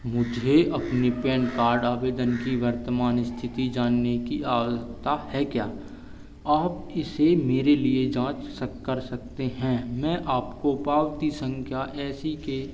मुझे अपनी PAN card आवेदन की वर्तमान स्थिति जानने की आवश्यकता है क्या आप इसे मेरे लिए जांच तक कर सकते हैं मैं आपको पावती संख्या ऐ सी के